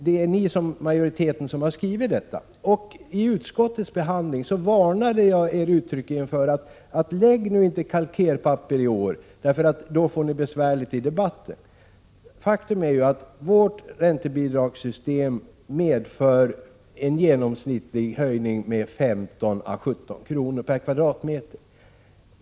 Det är utskottsmajoriteten som har skrivit detta. Vid utskottsbehandlingen varnade jag er uttryckligen för att i år lägga kalkerpapper på vad ni tidigare skrivit, för då skulle ni få det besvärligt i debatten. Faktum är att vårt räntebidragssystem medför en genomsnittlig höjning med 15 å 17 kr. per kvadratmeter.